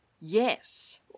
Yes